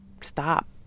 stop